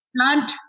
plant